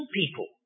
people